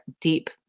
deep